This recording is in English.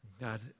God